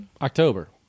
October